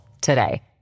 today